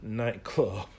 nightclub